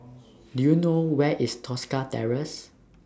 Do YOU know Where IS Tosca Terrace